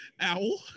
Owl